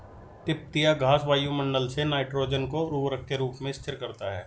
तिपतिया घास वायुमंडल से नाइट्रोजन को उर्वरक के रूप में स्थिर करता है